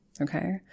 Okay